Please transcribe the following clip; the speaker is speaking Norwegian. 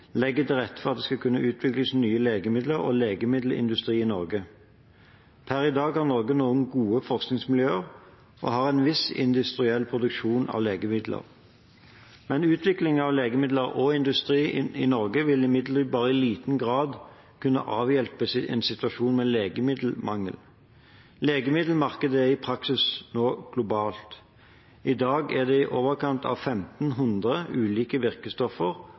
legemiddelindustri i Norge. Per i dag har Norge noen gode forskningsmiljøer, og vi har en viss industriell produksjon av legemidler. Men utvikling av legemidler og industri i Norge vil imidlertid bare i liten grad kunne avhjelpe en situasjon med legemiddelmangel. Legemiddelmarkedet er i praksis globalt. I dag er det i overkant av 1 500 ulike virkestoffer